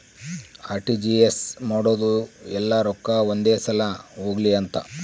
RTGS ಮಾಡೋದು ಯೆಲ್ಲ ರೊಕ್ಕ ಒಂದೆ ಸಲ ಹೊಗ್ಲಿ ಅಂತ